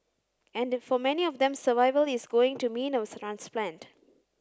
and for many of them survival is going to mean of transplant